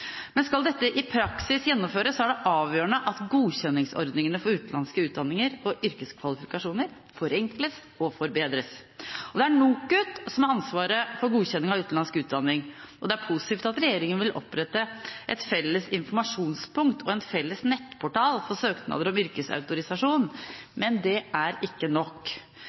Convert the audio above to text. Men skal dette gjennomføres i praksis, er det avgjørende at godkjenningsordningene for utenlandske utdanninger og yrkeskvalifikasjoner forenkles og forbedres. Det er NOKUT som har ansvaret for godkjenning av utenlandsk utdanning, og det er positivt at regjeringen vil opprette et felles informasjonspunkt og en felles nettportal for søknader om yrkesautorisasjon. Men det er ikke nok.